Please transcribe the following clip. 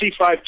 C5